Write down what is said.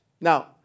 Now